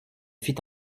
fit